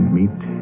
meet